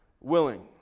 willing